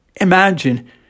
Imagine